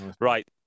Right